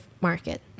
market